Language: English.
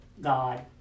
God